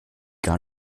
gar